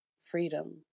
freedom